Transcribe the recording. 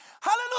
Hallelujah